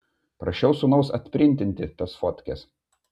prašiau sūnaus atprintinti tas fotkes